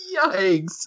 yikes